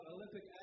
Olympic